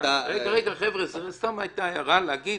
רגע, חבר'ה, זו סתם הייתה הערה, להגיד